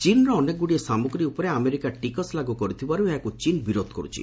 ଚୀନ୍ର ଅନେକଗୁଡ଼ିଏ ସାମଗ୍ରୀ ଉପରେ ଆମେରିକା ଟିକସ ଲାଗୁ କରିଥିବାରୁ ଏହାକୁ ଚୀନ୍ ବିରୋଧ କରୁଛି